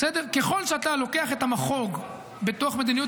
ככל שאתה לוקח את המחוג בתוך מדיניות